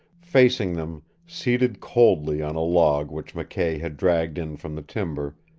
facing them, seated coldly on a log which mckay had dragged in from the timber,